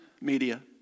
media